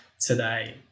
today